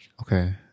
okay